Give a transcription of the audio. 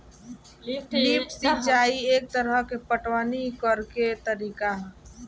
lift सिंचाई एक तरह के पटवनी करेके तरीका ह